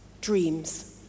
dreams